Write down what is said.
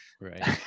Right